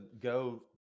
go